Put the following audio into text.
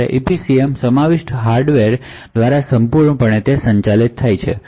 જ્યારે SGX સાથે EPCM hardware દ્વારા સંપૂર્ણપણે સંચાલિત થાય છે